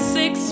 six